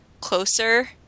closer